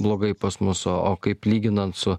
blogai pas mus o o kaip lyginant su